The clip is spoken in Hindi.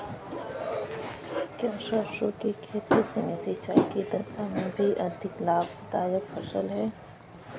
क्या सरसों की खेती सीमित सिंचाई की दशा में भी अधिक लाभदायक फसल है?